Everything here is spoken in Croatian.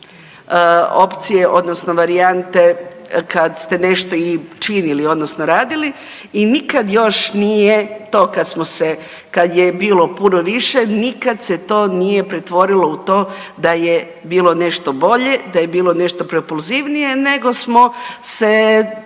opcije odnosno varijante kad ste nešto i činili odnosno radili i nikad još nije to kad smo se, kad je bilo puno više nikad se to nije pretvorilo u to da je bilo nešto bolje, da je bilo nešto propulzivnije nego smo se,